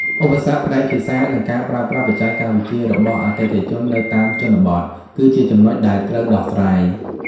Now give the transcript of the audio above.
ឧបសគ្គផ្នែកភាសា និងការប្រើប្រាស់បច្ចេកវិទ្យារបស់អតិថិជននៅតាមជនបទគឺជាចំណុចដែលត្រូវដោះស្រាយ។